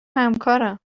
همکارم